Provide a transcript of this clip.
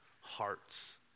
hearts